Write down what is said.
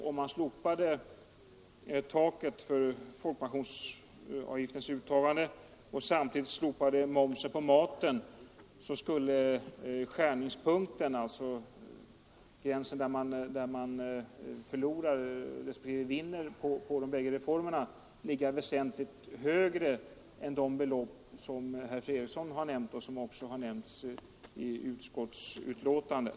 Om man slopade taket för folkpensionsavgiftens uttagande och samtidigt slopade momsen på maten, skulle skärningspunkten — gränsen där man förlorar respektive vinner på de bägge reformerna — ligga väsentligt högre än de belopp som herr Fredriksson har nämnt och som också har nämnts i utskottsbetänkandet.